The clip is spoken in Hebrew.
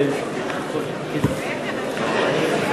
(קוראת בשמות חברי הכנסת)